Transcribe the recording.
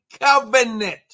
covenant